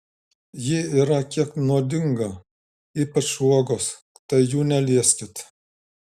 ji yra kiek nuodinga ypač uogos tai jų nelieskit